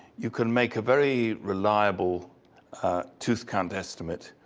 you can make a very reliable tooth count estimate.